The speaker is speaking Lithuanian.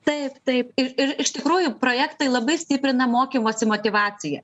taip taip ir ir iš tikrųjų projektai labai stiprina mokymosi motyvaciją